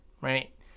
right